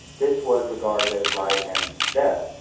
this was regarded as life and death.